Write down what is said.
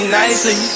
nicely